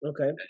Okay